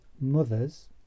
mothers